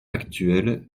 actuel